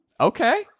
Okay